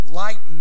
light